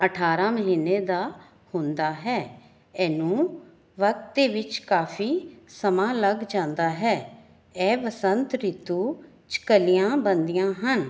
ਅਠਾਰਾਂ ਮਹੀਨੇ ਦਾ ਹੁੰਦਾ ਹੈ ਇਹਨੂੰ ਵਕਤ ਦੇ ਵਿਚ ਕਾਫੀ ਸਮਾਂ ਲੱਗ ਜਾਂਦਾ ਹੈ ਇਹ ਬਸੰਤ ਰੀਤੂ 'ਚ ਕਲੀਆਂ ਬਣਦੀਆਂ ਹਨ